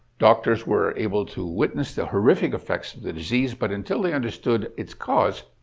doctors were able to witness the horrific effects of the disease, but until they understood its cause,